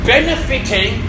Benefiting